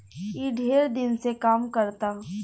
ई ढेर दिन से काम करता